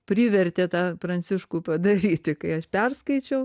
privertė tą pranciškų padaryti kai aš perskaičiau